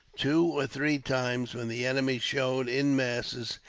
two or three times, when the enemy showed in masses,